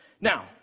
Now